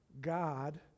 god